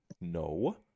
No